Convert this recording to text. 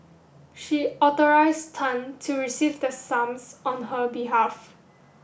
she authorised Tan to receive the sums on her behalf